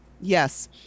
yes